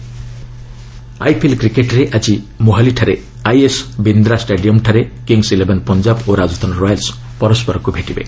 IPL cricket IPL କ୍ରିକେଟ୍ରେ ଆଜି ମୋହାଲିର ଆଇଏସ୍ ବିନ୍ଦ୍ରା ଷ୍ଟାଡିୟମ୍ରେ କିଙ୍ଗ୍ସ ଇଲେଭେନ୍ ପଞ୍ଜାବ ଓ ରାଜସ୍ଥାନ ରୟାଲ୍ସ ପରସ୍କରକୁ ଭେଟିବେ